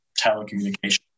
telecommunication